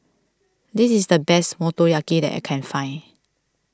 this is the best Motoyaki that I can find